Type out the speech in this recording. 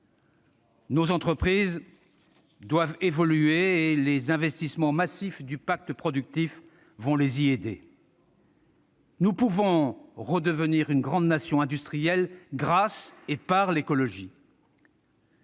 Nos entreprises doivent évoluer. Les investissements massifs du pacte productif vont les y aider. Nous pouvons redevenir une grande nation industrielle grâce et par l'écologie.